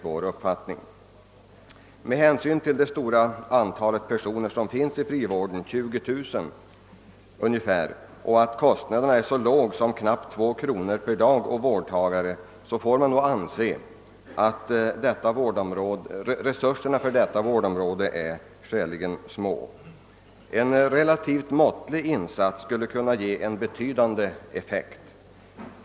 Om man tar hänsyn till att antalet människor i frivården är så stort som ungefär 20 000 och kostnaderna så låga som knappt 2 kronor per dag och vårdtagare, måste resurserna för detta vårdområde anses vara skäligen små. En relativt måttlig insats skulle där kunna ge betydande effekt.